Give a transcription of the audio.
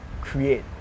create